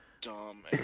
dumb